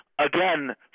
Again